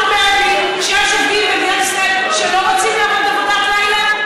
אם אני עובד שבחר ללכת לעבוד בעבודת לילה,